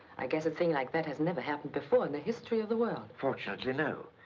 i guess a thing like that has never happened before in the history of the world. fortunately, no.